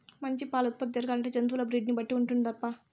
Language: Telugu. మంచి పాల ఉత్పత్తి జరగాలంటే జంతువుల బ్రీడ్ ని బట్టి ఉంటుందటబ్బా